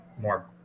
more